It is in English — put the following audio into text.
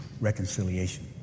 reconciliation